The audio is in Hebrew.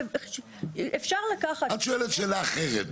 אפשר לקחת --- את שואלת שאלה אחרת.